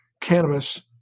cannabis